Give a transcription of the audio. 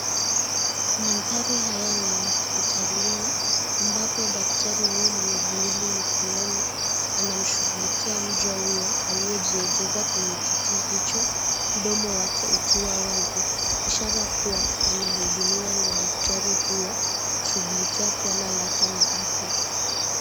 Mandhari haya ni ya hospitalini, ambapo daktari huyo mwenye glovu mikononi, anamshughulikia mja huyo aliyejiwekeza kwenye kiti hicho, mdomo wake ukiwa wazi, ishara kuwa, anahudumiwa na daktari huyu, kushughulikia suala lake la afya.